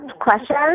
question